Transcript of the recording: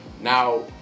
Now